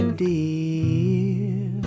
dear